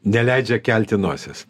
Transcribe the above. neleidžia kelti nosies